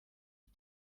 iki